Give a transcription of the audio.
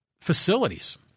facilities